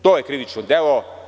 To je krivično delo.